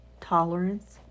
tolerance